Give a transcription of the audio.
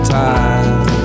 time